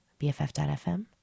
BFF.FM